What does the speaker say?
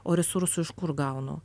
o resursų iš kur gaunu